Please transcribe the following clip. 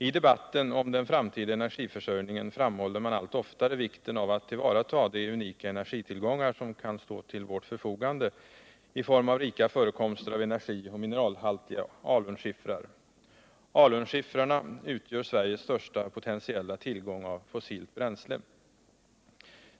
I debatten om den framtida energiförsörjningen framhåller man allt oftare 195 Nr 48 vikten av att tillvarata de unika energitillgångar som kan stå till vårt förfogande i form av rika förekomster av energioch mineralhaltiga alunskiffrar. Alunskiffrarna utgör Sveriges största potentiella tillgång av fossilt bränsle.